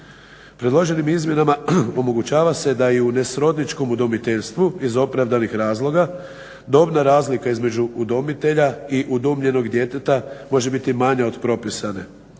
Predloženim izmjenama omogućava se da i u nesrodničkom udomiteljstvu iz opravdanih razloga dobna razlika između udomitelja i udomljenog djeteta može biti manje od propisane.